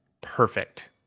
perfect